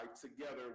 together